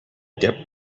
dip